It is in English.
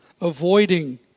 avoiding